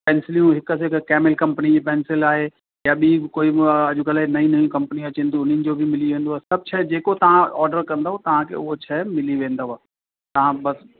पैंसिलियूं हिकु ते हिकु कैमिल कंपनी जी पैंसिल आहे या ॿि बि कोई अॼुकल्ह नयूं नयूं कंपनियूं अचिनि थियूं उन्हनि जो बि मिली वेंदुव सभु शइ जेको तव्हां ऑडर कंदव तव्हांखे उहो शइ मिली वेंदव तव्हां बसि